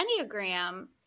Enneagram